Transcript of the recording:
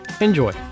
Enjoy